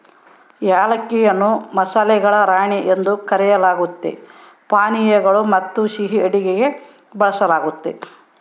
ಏಲಕ್ಕಿಯನ್ನು ಮಸಾಲೆಗಳ ರಾಣಿ ಎಂದು ಕರೆಯಲಾಗ್ತತೆ ಪಾನೀಯಗಳು ಮತ್ತುಸಿಹಿ ಅಡುಗೆಗೆ ಬಳಸಲಾಗ್ತತೆ